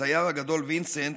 הצייר הגדול וינסנט,